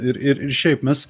ir ir ir šiaip mes